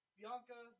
Bianca